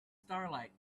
starlight